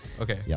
Okay